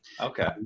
Okay